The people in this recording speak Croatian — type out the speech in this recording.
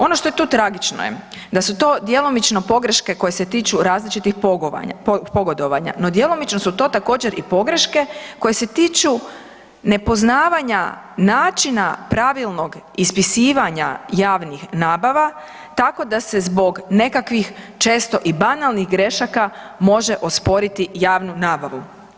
Ono što je tu tragično je da su to djelomično pogreške koje se tiču različitih pogodovanja, no djelomično su to također i pogreške koje se tiču nepoznavanja načina pravilnog ispisivanja javnih nabava tako da se zbog nekakvih često i banalnih grešaka može osporiti javnu nabavu.